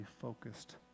focused